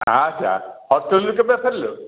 ଆ ଯା ହଷ୍ଟେଲ ରୁ କେବେ ଫେରିଲୁ